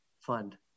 fund